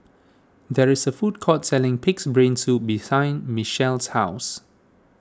there is a food court selling Pig's Brain Soup Mechelle's house